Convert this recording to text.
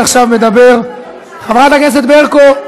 אבל זה לא מפריע לנואם,